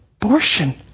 abortion